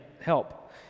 help